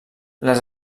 les